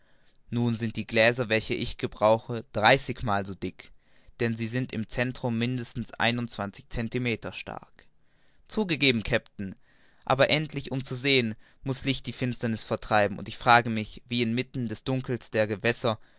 nun sind die gläser welche ich gebrauche dreißigmal so dick denn sie sind im centrum mindestens einundzwanzig centimeter stark zugegeben kapitän aber endlich um zu sehen muß licht die finsterniß vertreiben und ich frage mich wie inmitten des dunkels der gewässer